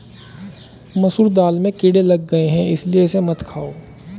मसूर दाल में कीड़े लग गए है इसलिए इसे मत खाओ